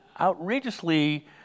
outrageously